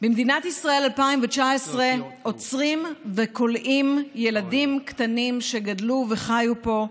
במדינת ישראל 2019 עוצרים וכולאים ילדים קטנים שגדלו וחיו פה,